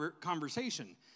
conversation